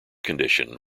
condition